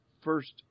first